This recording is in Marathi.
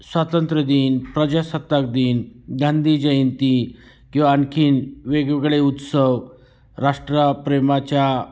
स्वातंत्र्यदिन प्रजासत्ताकदिन गांधी जयंती किंवा आणखी वेगवेगळे उत्सव राष्ट्रप्रेमाच्या